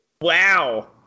Wow